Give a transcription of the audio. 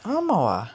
ஆமாவா:aamaavaa